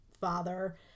father